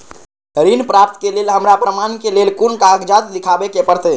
ऋण प्राप्त के लेल हमरा प्रमाण के लेल कुन कागजात दिखाबे के परते?